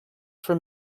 for